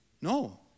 No